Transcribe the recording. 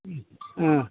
ओं